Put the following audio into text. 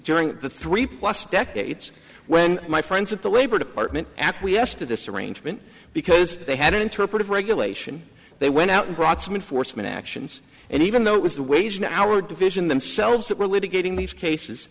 during the three plus decades when my friends at the labor department acquiesced to this arrangement because they had an interpretive regulation they went out and brought some enforcement actions and even though it was the wage in our division themselves that really to getting